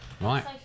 Right